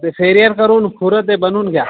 ते फेरिअर कडून खुरं ते बनवून घ्या